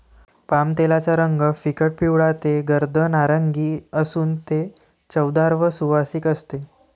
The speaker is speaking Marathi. पामतेलाचा रंग फिकट पिवळा ते गर्द नारिंगी असून ते चवदार व सुवासिक असते